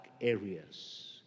areas